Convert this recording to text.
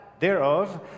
Thereof